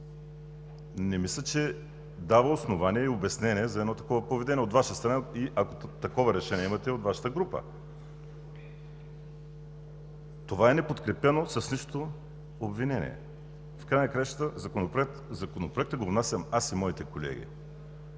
не мисля, че дава основание и обяснение за едно такова поведение от Ваша страна или, ако такова решение имате, от Вашата група. Това е неподкрепено с нищо обвинение. В края на краищата Законопроектът го внасям аз и моите колеги.